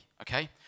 okay